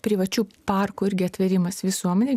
privačių parkų irgi atvėrimas visuomenei